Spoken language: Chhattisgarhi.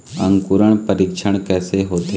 अंकुरण परीक्षण कैसे होथे?